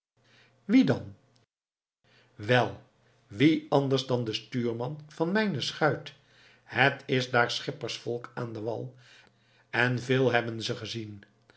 wien dan wel wien anders dan den stuurman van mijne schuit het is daar schippersvolk aan den wal en veel hebben ze gezien